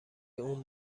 اون